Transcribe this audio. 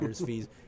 fees